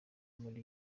muri